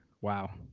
Wow